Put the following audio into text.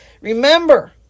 Remember